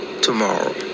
tomorrow